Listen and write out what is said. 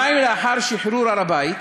יומיים לאחר שחרור הר-הבית